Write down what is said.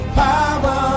power